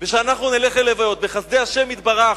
ושאנו נלך אל לוויות, בחסדי השם יתברך,